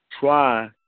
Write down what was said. try